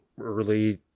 early